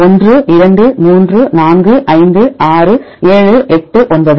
1 2 3 4 5 6 7 8 9